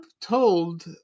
told